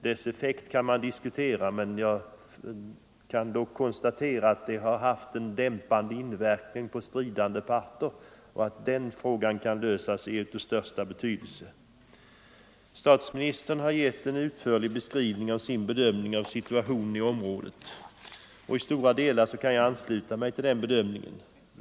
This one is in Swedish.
Dess effekt kan man diskutera, men jag kan dock konstatera att den har haft en dämpande inverkan på stridande parter. Att den frågan kan lösas är av största betydelse: Statsministern har gett en utförlig beskrivning av sin bedömning av situationen i området. I stora delar kan jag ansluta mig till den bedöm = Nr 127 ningen.